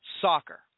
soccer